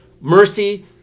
mercy